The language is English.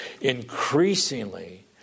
Increasingly